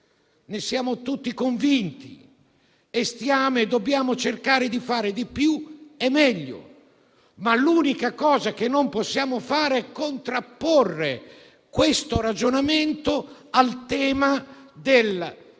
ne siamo tutti convinti e stiamo e dobbiamo cercare di fare di più e meglio. L'unica cosa che non possiamo fare è contrapporre questo ragionamento al tema della